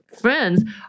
friends